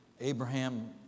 Abraham